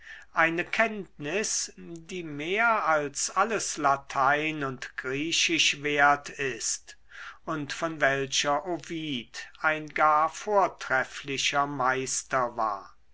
eine kenntnis die mehr als alles latein und griechisch wert ist und von welcher ovid ein gar vortrefflicher meister war